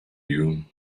you